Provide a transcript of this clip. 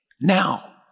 now